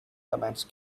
commands